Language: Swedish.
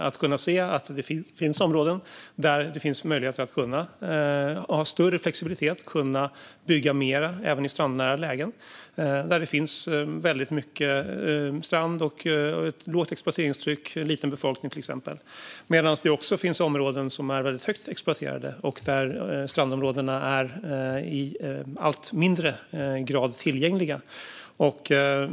Vi kan se att det finns områden där det finns möjlighet att ha större flexibilitet och bygga mer även i strandnära lägen, där det finns väldigt mycket strand, exploateringstrycket är lågt och befolkningen liten, till exempel, medan det också finns områden som är väldigt hårt exploaterade och där strandområdena i allt mindre grad är tillgängliga.